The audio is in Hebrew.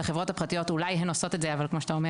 אולי החברות הפרטיות עושות את זה אבל אולי